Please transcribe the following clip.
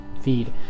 feed